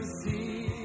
see